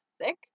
thick